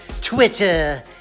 Twitter